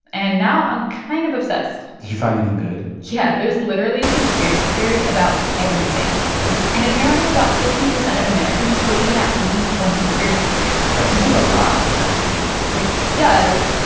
and now, i'm kind of obsessed did you find anything good? yeah. there's literally a conspiracy theory about everything yeah and apparently, about fifty percent of americans believe in at least one conspiracy theory that seems like a lot, actually it does,